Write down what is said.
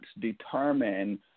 determine